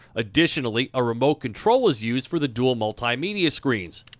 additionally, a remote control is used for the dual multimedia screens.